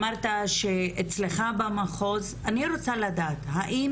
אמרת שאצלך במחוז אני רוצה לדעת האם